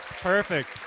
Perfect